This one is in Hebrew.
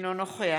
אינו נוכח